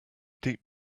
deep